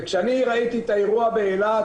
כשאני ראיתי את האירוע באילת,